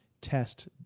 Test